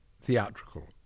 theatrical